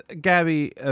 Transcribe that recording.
gabby